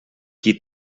qui